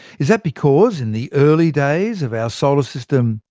is that because in the early days of our solar system,